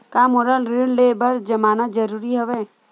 का मोला ऋण ले बर जमानत जरूरी हवय?